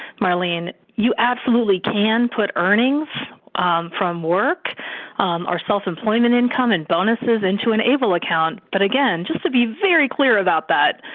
um i mean you absolutely can put earnings from work or self-employment income and bonuses into an able account. but just to be very clear about that,